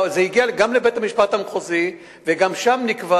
זה הגיע גם לבית-המשפט המחוזי וגם שם נקבע